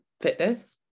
fitness